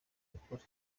ukuri